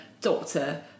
doctor